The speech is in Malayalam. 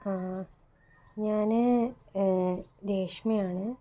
ഞാൻ രേഷ്മയാണ്